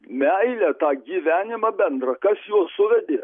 meilę tą gyvenimą bendrą kas juos suvedė